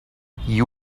you